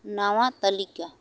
ᱱᱟᱣᱟ ᱛᱟᱹᱞᱤᱠᱟ